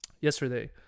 yesterday